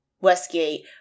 Westgate